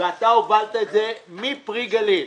והובלת את זה מ"פרי גליל",